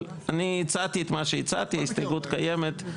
אבל אני הצעתי את מה שהצעתי ההסתייגות קיימת,